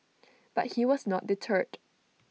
but he was not deterred